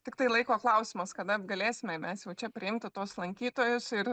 tiktai laiko klausimas kada galėsime mes jau čia priimti tuos lankytojus ir